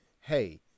hey